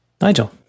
Nigel